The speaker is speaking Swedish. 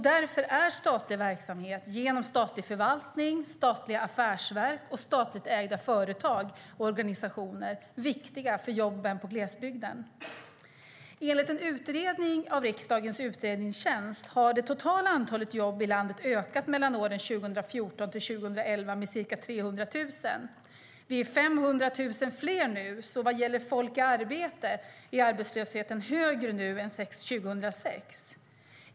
Därför är statlig verksamhet genom statlig förvaltning, statliga affärsverk och statligt ägda företag och organisationer viktiga för jobben i glesbygden. Enligt en utredning av riksdagens utredningstjänst har det totala antalet jobb i landet ökat 2004-2011 med ca 300 000. Vi är 500 000 fler nu, så vad gäller människor i arbete är arbetslösheten nu högre än 2006.